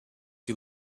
you